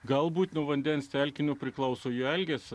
galbūt nuo vandens telkinio priklauso jų elgesio